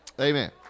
Amen